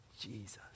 Jesus